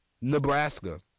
Nebraska